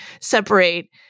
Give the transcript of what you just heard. separate